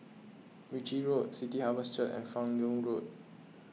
Ritchie Road City Harvest Church and Fan Yoong Road